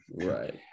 Right